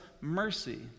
mercy